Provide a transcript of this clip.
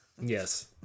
Yes